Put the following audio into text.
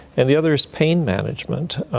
and the other is pain management,